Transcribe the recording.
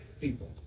people